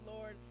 Lord